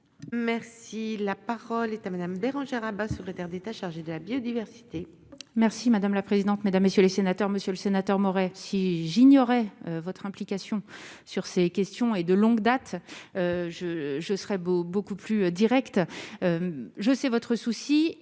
Merci, la parole est à Madame Bérangère Abba, secrétaire d'État chargée de la biodiversité. Merci madame la présidente, mesdames, messieurs les sénateurs, monsieur le sénateur Maurey si j'ignorais votre implication sur ces questions et de longue date, je je serais beau beaucoup plus directe : je sais votre souci